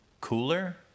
cooler